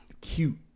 cute